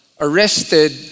arrested